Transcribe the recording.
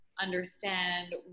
understand